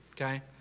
okay